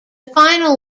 final